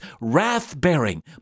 wrath-bearing